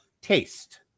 taste